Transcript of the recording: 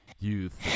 youth